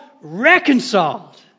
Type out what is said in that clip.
reconciled